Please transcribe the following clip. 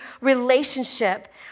relationship